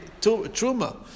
truma